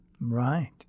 Right